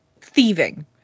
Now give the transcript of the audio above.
Thieving